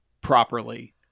properly